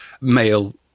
male